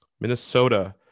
Minnesota